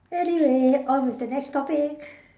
anyway on with the next topic